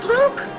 Luke